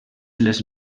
les